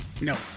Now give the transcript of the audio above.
No